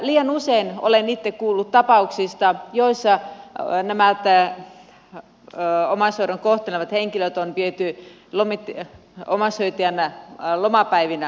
liian usein olen itse kuullut tapauksista joissa nämä omaishoidon kohteena olevat henkilöt on viety omaishoitajan lomapäivinä laitokseen